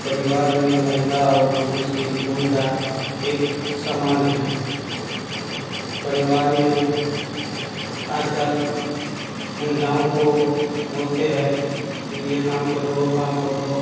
परिवार में महिला और पुरूष की भूमिका एक समान है परिवार में आज कल महिलाओं को बोलते हैं जो ये काम करो वो काम करो